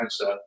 mindset